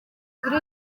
kuri